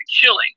killing